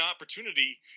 opportunity